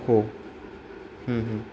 हो